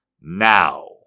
now